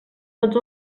tots